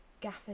gaffer